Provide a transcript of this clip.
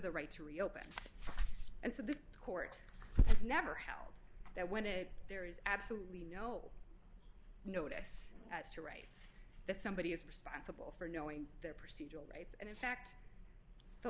the right to reopen and so this court has never held that when it there is absolutely no notice as to right that somebody is responsible for knowing their procedure rates and in fact the